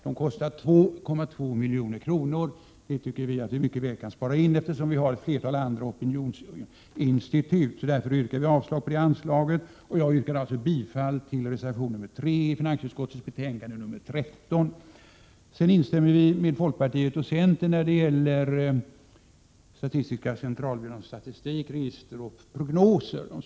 De kostar 2,2 milj.kr., pengar som vi tycker kan sparas in, eftersom det finns ett flertal andra opinionsinstitut. Vi yrkar således avslag på det anslaget och bifall till reservation 3 i finansutskottets betänkande 13. Vi instämmer med folkpartiet och centern i reservation 2 om statistiska centralbyråns statistik, register och prognoser.